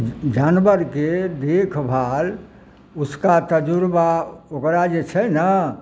जानबरके देखभाल ओकर तजुर्बा ओकरा जे छै ने